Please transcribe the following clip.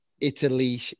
Italy